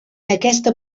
aquesta